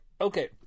okay